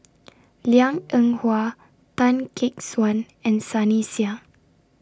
Liang Eng Hwa Tan Gek Suan and Sunny Sia